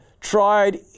tried